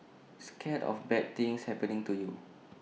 scared of bad things happening to you